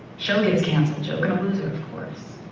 show gets canceled, joke and a loser of course.